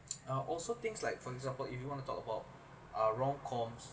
are also things like for example if you want to talk about uh rom coms